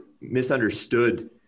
misunderstood